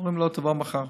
ואומרים לו: תבוא מחר.